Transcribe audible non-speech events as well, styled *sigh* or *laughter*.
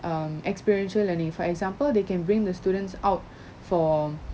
um experiential learning for example they can bring the students out *breath* for